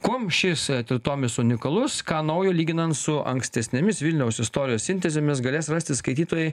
kuom šis tritomis unikalus ką naujo lyginant su ankstesnėmis vilniaus istorijos sintezėmis galės rasti skaitytojai